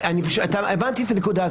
הבנתי את הנקודה,